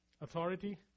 Authority